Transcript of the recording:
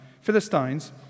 Philistines